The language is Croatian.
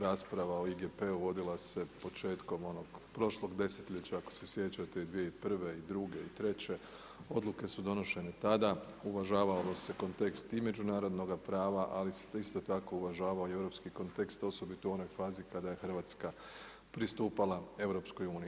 Rasprava o IGP-u vodila se početkom onog prošlog desetljeća, ako se sjećate 2001., druge i treće odluke su donošene tada, uvažavao se kontekst i međunarodnoga prava, ali se isto tako uvažavao i europski kontekst osobito u onoj fazi kada je Hrvatska pristupala EU.